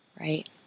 Right